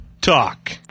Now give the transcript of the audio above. talk